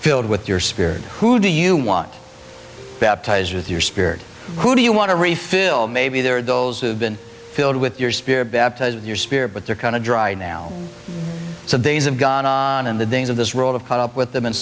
filled with your spirit who do you want baptized with your spirit who do you want to refill maybe there are those who have been filled with your spirit baptized your spirit but they're kind of dried now so they have gone on and the things of this world of caught up with them and